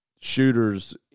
shooters